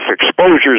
exposures